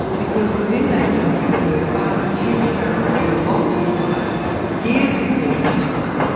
because it was in that country that her father, ken saro wiwa, lost his life years before his time,